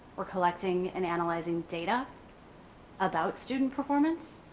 we're collecting and analyzing data about student performance.